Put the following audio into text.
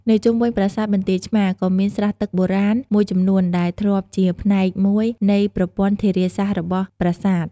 នៅជុំវិញប្រាសាទបន្ទាយឆ្មារ ក៏មាន ស្រះទឹកបុរាណ មួយចំនួនដែលធ្លាប់ជាផ្នែកមួយនៃប្រព័ន្ធធារាសាស្ត្ររបស់ប្រាសាទ។